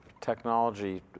technology